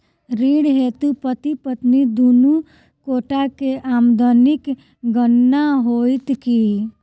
ऋण हेतु पति पत्नी दुनू गोटा केँ आमदनीक गणना होइत की?